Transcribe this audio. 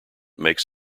makes